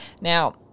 Now